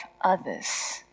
others